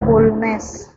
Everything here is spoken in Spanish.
bulnes